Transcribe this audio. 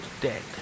dead